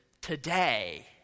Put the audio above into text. today